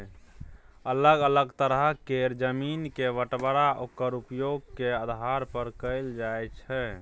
अलग अलग तरह केर जमीन के बंटबांरा ओक्कर उपयोग के आधार पर कएल जाइ छै